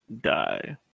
die